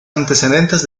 antecedentes